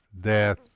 death